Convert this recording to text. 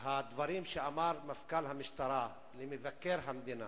הדברים שאמר מפכ"ל המשטרה למבקר המדינה,